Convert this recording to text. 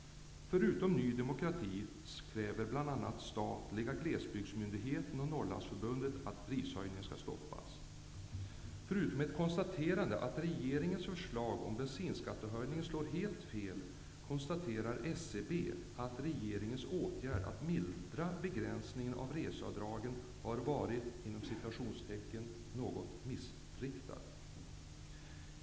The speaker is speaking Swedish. Förutom Ny demokrati kräver bl.a. Statliga glesbygdsmyndigheten och Norrlandsförbundet att bensinprishöjningen skall stoppas. Förutom ett konstaterande att regeringens förslag om bensinskattehöjningen slår helt fel, konstaterar SCB att regeringens åtgärd att mildra begränsningen av reseavdragen har varit ''något missriktad''.